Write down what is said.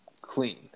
clean